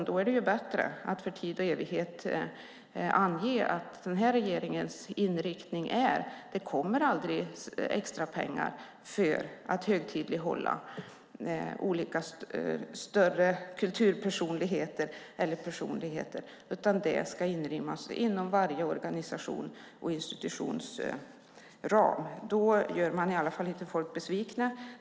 Då är det bättre att för tid och evighet ange att den här regeringens inriktning är att det aldrig kommer extra pengar för att högtidlighålla olika större kulturpersonligheter eller andra personligheter, utan det ska inrymmas inom varje organisations och institutions ram. Då gör man i alla fall inte folk besvikna.